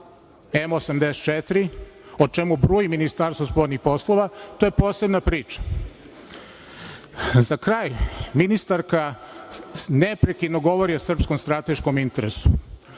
M84, o čemu bruji Ministarstvo spoljnih poslova, to je posebna priča.Za kraj ministarka neprekidno govori o srpskom strateškom interesu,